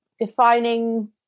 defining